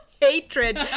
Hatred